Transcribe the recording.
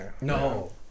No